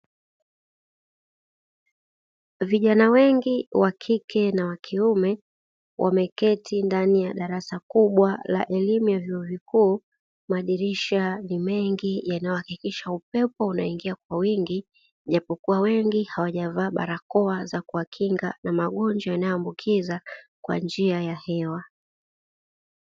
Vijana wengi wakike na wakiume wameketi ndani ya darasa kubwa la elimu ya vyuo vikuu, madirisha ni mengi yanayohakikisha upepo unaingia kwa wingi japo kuwa wengi, japokua hawajavaa barakoa za kuwakinga na magonjwa yanayoambukiza kwa njia ya hewa.